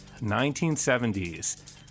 1970s